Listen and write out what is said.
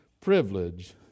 privilege